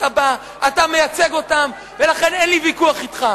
אתה מייצג אותם ולכן אין לי ויכוח אתך.